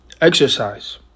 exercise